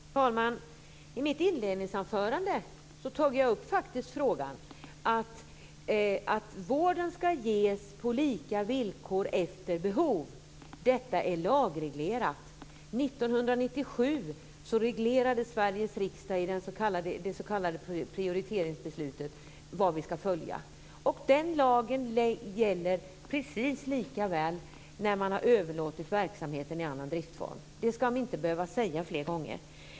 Fru talman! I mitt inledningsanförande tog jag faktiskt upp frågan att vården ska ges på lika villkor efter behov. Detta är lagreglerat. 1997 reglerade Sveriges riksdag i det s.k. prioriteringsbeslutet vad vi ska följa. Den lagen gäller precis lika väl när man har överlåtit verksamheten i annan driftsform. Det ska vi inte behöva säga fler gånger.